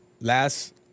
last